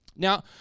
Now